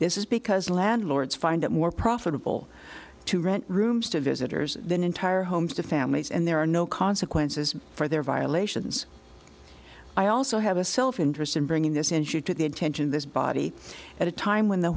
this is because landlords find it more profitable to rent rooms to visitors than entire homes to families and there are no consequences for their violations i also have a self interest in bringing this issue to the attention of this body at a time when the